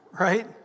right